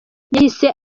yahise